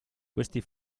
questi